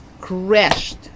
crashed